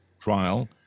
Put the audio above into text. trial